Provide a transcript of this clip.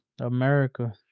America